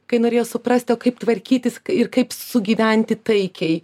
kai norėjo suprasti o kaip tvarkytis ir kaip sugyventi taikiai